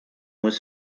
with